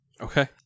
Okay